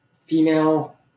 female